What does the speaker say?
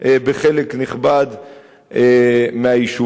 בחלק נכבד מהיישובים,